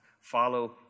Follow